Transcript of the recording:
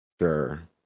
Sure